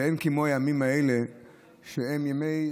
אין כמו הימים האלה שהם ימי,